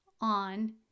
on